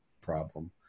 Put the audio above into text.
problem